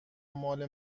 مال